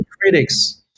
critics